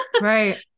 right